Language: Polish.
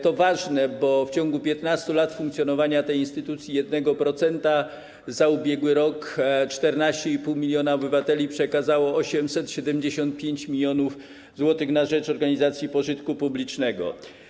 To ważne, bo w ciągu 15 lat funkcjonowania tej instytucji 1% za ubiegły rok 14,5 mln obywateli przekazało 875 mln zł na rzecz organizacji pożytku publicznego.